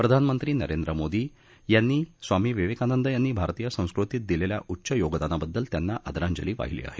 प्रधानमंत्री नरेंद्र मोदी यांनी स्वामी विवेकानंद यांनी भारतीय संस्कृतीत दिलेल्या उच्च योगदानाबद्दल त्यांना आदरांजली वाहिली आहे